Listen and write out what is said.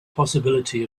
possibility